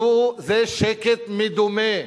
זה שקט מדומה,